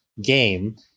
game